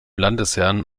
landesherren